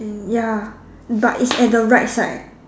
and ya but it's at the right side